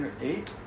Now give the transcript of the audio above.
eight